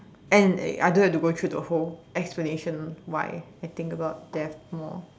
and I don't have to go through the whole explanation why I think about death more